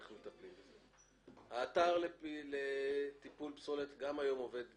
האתר לטיפול בפסולת עובד היום.